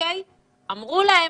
אמרו להם,